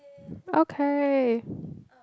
okay